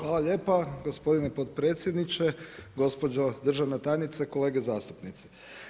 Hvala lijepa gospodine potpredsjedniče, gospođo državna tajnice, kolege zastupnici.